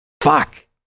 fuck